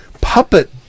puppet